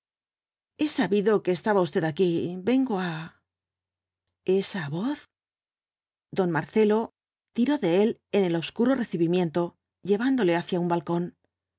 he sabido que estaba usted aquí vengo á esta voz don marcelo tiró de él en el obscuro recibimiento llevándole hacia un balcón